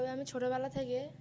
তবে আমি ছোটোবেলা থেকে